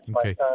Okay